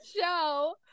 show